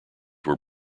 were